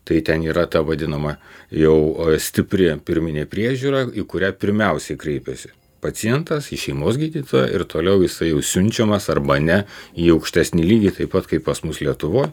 tai ten yra ta vadinama jau stipri pirminė priežiūra į kurią pirmiausiai kreipiasi pacientas į šeimos gydytoją ir toliau jisai jau siunčiamas arba ne į aukštesnį lygį taip pat kaip pas mus lietuvoj